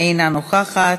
אינה נוכחת,